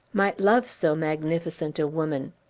might love so magnificent a woman.